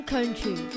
country